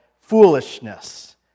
foolishness